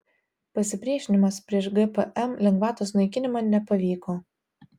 pasipriešinimas prieš gpm lengvatos naikinimą nepavyko